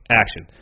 action